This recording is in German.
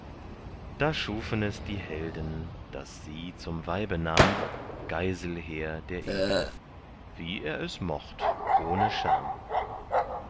da schufen es die helden daß sie zum weibe nahm geiselher der edle wie er es mocht ohne scham